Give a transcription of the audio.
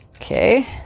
Okay